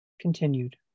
continued